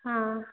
ହଁ